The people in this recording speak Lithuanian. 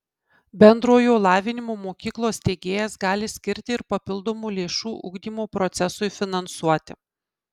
bendrojo lavinimo mokyklos steigėjas gali skirti ir papildomų lėšų ugdymo procesui finansuoti